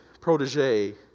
protege